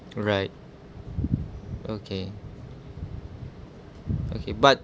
alright okay okay but